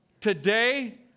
today